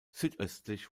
südöstlich